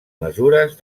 mesures